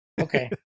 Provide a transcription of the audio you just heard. Okay